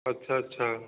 अच्छा अच्छा